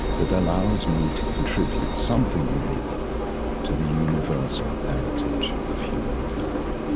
that allows me to contribute something unique to the universal heritage of humankind.